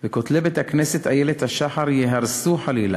וכותלי בית-הכנסת "איילת השחר" חלילה ייהרסו,